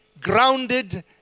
grounded